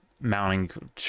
mounting